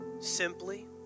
Simply